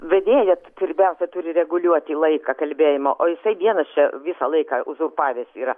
vedėja pirmiausia turi reguliuoti laiką kalbėjimo o jisai vienas čia visą laiką uzurpavęs yra